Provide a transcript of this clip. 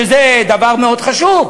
שזה דבר מאוד חשוב,